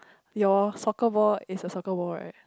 your soccer ball is a soccer ball right